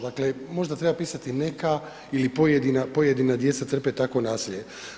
Dakle, možda treba pisati neka ili pojedina djeca trpe takvo nasilje.